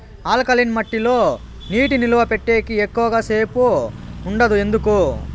alkaline మట్టి లో నీటి నిలువ పెట్టేకి ఎక్కువగా సేపు ఉండదు ఎందుకు